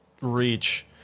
...reach